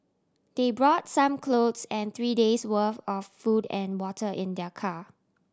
they brought some clothes and three days' worth of food and water in their car